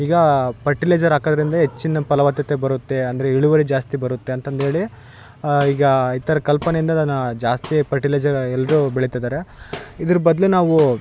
ಈಗ ಪರ್ಟಿಲೈಸರ್ ಹಾಕದ್ರಿಂದೆ ಹೆಚ್ಚಿನ ಫಲ್ವತ್ತತೆ ಬರುತ್ತೆ ಅಂದರೆ ಇಳುವರಿ ಜಾಸ್ತಿ ಬರುತ್ತೆ ಅಂತಂದ್ಹೇಳಿ ಈಗ ಈ ಥರ ಕಲ್ಪನೆಯಿಂದ ನಾನು ಜಾಸ್ತಿ ಪರ್ಟಿಲೈಸರ್ ಎಲ್ಲರೂ ಬೆಳೀತಿದ್ದಾರೆ ಇದ್ರ ಬದಲು ನಾವು